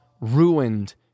ruined